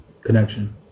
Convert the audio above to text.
connection